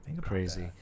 Crazy